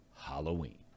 Halloween